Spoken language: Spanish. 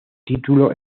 título